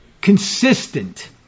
consistent